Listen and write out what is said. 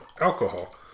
alcohol